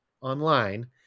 online